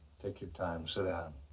take your time, sit down.